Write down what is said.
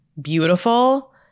beautiful